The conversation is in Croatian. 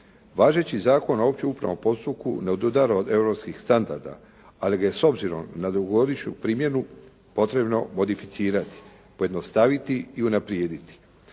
Važeći Zakon o općem upravnom postupku ne odudara od europskih standarda, ali ga je s obzirom na dugogodišnju primjenu potrebno modificirati, pojednostaviti i unaprijediti.